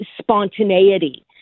spontaneity